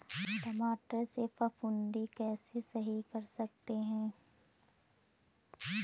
टमाटर से फफूंदी कैसे सही कर सकते हैं?